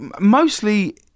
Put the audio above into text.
Mostly